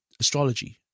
astrology